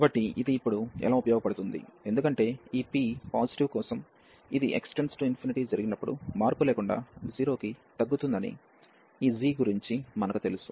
కాబట్టి ఇది ఇప్పుడు ఎలా ఉపయోగపడుతుంది ఎందుకంటే ఈ p పాజిటివ్ కోసం ఇది x→∞ జరిగినప్పుడు మార్పు లేకుండా 0 కి తగ్గుతుందని ఈ g గురించి మనకు తెలుసు